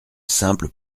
simple